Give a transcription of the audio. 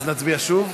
אז נצביע שוב?